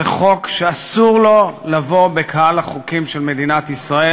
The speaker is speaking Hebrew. זה חוק שאסור לו לבוא בקהל החוקים של מדינת ישראל.